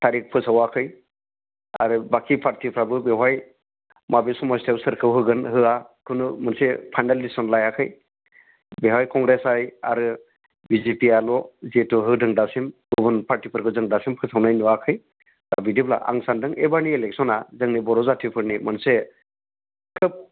तारिक फोसावाखै आरो बाकि पार्टिफ्राबो बेवहाय बबे समस्तियाव सोरखौ होगोन होआ कुनु मोनसे फाइनेल डिसिस'न लायाखै बेवहाय कंग्रेसआ आरो बिजेपिआल' जिहेतु होदों दासिम गुबुन पार्टिफोरखौ जों दासिम फोसावनाय नुवाखै दा बिदिब्ला आं सान्दों बेबारनि इलेक्स'ना जोंनि बर' जातिफोरनि मोनसे खोब